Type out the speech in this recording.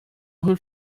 who